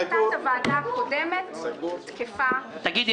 אם הוועדה